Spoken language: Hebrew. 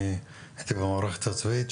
הייתי במערכת הצבאית,